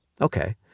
okay